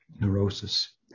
neurosis